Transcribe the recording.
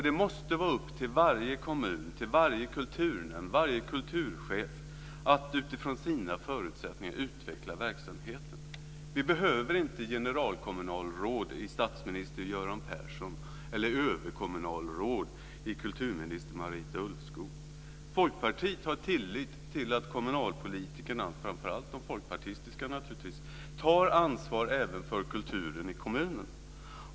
Det måste vara upp till varje kommun, varje kulturnämnd och varje kulturchef att utifrån sina förutsättningar utveckla verksamheten. Vi behöver inte generalkommunalråd i statsminister Göran Persson eller överkommunalråd i kulturminister Marita Ulvskog. Folkpartiet har tilltro till kommunalpolitikerna, framför allt de folkpartistiska, att de tar ansvar även för kulturen i kommunen.